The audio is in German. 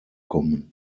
kommen